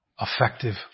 effective